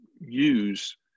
use